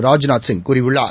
ராஜ்நாத்சிங் கூறியுள்ளார்